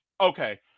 okay